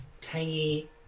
tangy